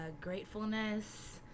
gratefulness